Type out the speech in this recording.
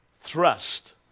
thrust